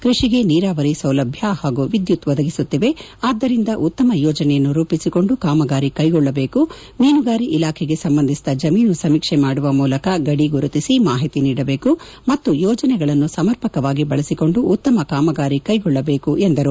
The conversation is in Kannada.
ಕೃಷಿಗೆ ನೀರಾವರಿ ಸೌಲಭ್ಯ ಹಾಗೂ ವಿದ್ಯುತ್ ಒದಗಿಸುತ್ತಿವೆ ಆದ್ದರಿಂದ ಉತ್ತಮ ಯೋಜನೆಯನ್ನು ರೂಪಿಸಿಕೊಂಡು ಕಾಮಗಾರಿ ಕೈಗೊಳ್ಳಬೇಕು ಮೀನುಗಾರಿಕೆ ಇಲಾಖೆಗೆ ಸಂಬಂಧಿಸಿದ ಜಮೀನು ಸಮೀಕ್ಷೆ ಮಾಡುವ ಮೂಲಕ ಗಡಿ ಗುರುಪಿಸಿ ಮಾಹಿತಿ ನೀಡಬೇಕು ಮತ್ತು ಯೋಜನೆಗಳನ್ನು ಸಮರ್ಪಕವಾಗಿ ಬಳಸಿಕೊಂಡು ಉತ್ತಮ ಕಾಮಗಾರಿ ಕೈಗೊಳ್ಳಬೇಕು ಎಂದರು